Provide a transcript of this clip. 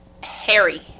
Harry